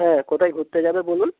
হ্যাঁ কোথায় ঘুরতে যাবেন বলুন